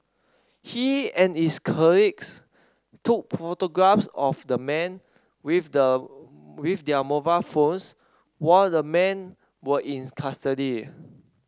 he and his colleagues took photographs of the men with the with their mobile phones while the men were in custody